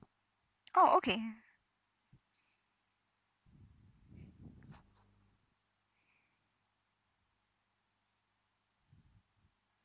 oh okay